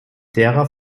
derer